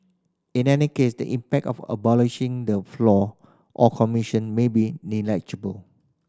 in any case the impact of abolishing the floor on commission may be negligible